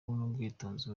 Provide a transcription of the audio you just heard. n’ubwitonzi